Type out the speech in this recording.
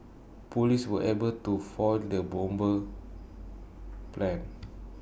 Police were able to foil the bomber's plans